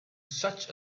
such